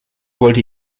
wollte